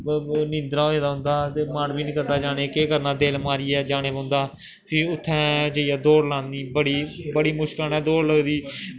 नींदरा होए दा होंदा ते मन बी निं करदा जाने गी केह् करना दिल मारियै जाने पौंदा फ्ही उत्थें जाइयै दौड़ लानी बड़ी बड़ी मुश्कलै नै दौड़ लगदी